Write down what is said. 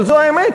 אבל זו האמת,